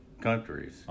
countries